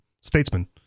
statesman